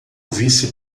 vice